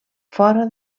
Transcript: fora